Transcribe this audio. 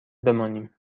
بمانیم